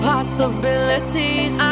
Possibilities